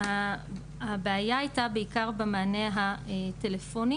הבעיה הייתה בעיקר במענה הטלפוני,